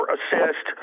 Assist